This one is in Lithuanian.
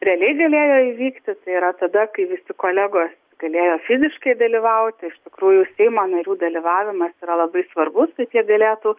realiai galėjo įvykti tai yra tada kai visi kolegos galėjo fiziškai dalyvauti iš tikrųjų seimo narių dalyvavimas yra labai svarbus kad jie galėtų